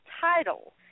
title